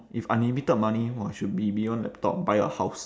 if unlimited money !wah! should be beyond laptop buy a house